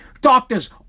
Doctors